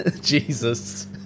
Jesus